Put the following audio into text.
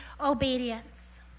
obedience